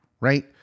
right